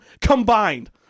combined